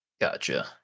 Gotcha